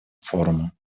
форума